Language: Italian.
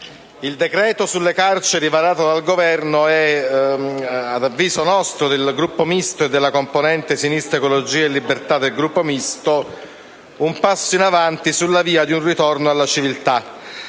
il decreto sulle carceri varato dal Governo è, ad avviso della componente Sinistra Ecologia e Libertà del Gruppo Misto, un passo in avanti sulla via di un ritorno alla civiltà,